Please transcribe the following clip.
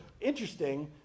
interesting